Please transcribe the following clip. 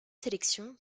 sélection